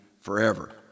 forever